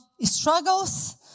struggles